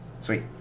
Sweet